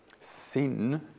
sin